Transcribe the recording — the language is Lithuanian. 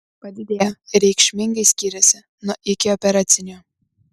padidėjo ir reikšmingai skyrėsi nuo ikioperacinio